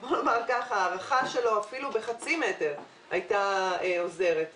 ההארכה שלו אפילו בחצי מטר הייתה עוזרת.